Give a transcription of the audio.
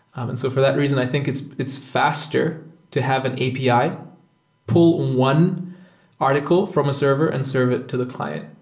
um and so for that reason, i think it's it's faster to have an api, pull one article from a server and serve it to the client.